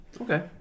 Okay